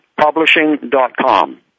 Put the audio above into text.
Publishing.com